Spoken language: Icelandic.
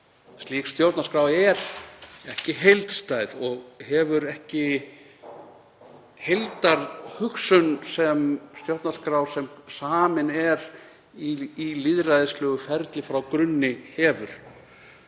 Slík stjórnarskrá er ekki heildstæð og hefur ekki þá heildarhugsun sem stjórnarskrá sem samin er í lýðræðislegu ferli frá grunni hefur.